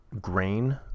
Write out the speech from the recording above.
grain